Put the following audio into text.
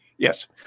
Yes